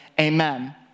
amen